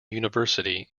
university